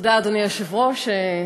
אדוני היושב-ראש,